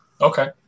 Okay